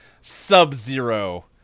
Sub-Zero